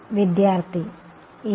വിദ്യാർത്ഥി ഇല്ല